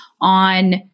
on